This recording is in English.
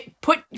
put